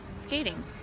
skating